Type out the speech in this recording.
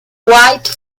white